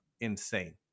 Insane